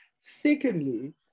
Secondly